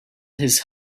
his